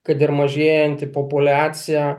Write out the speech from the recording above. kad ir mažėjanti populiacija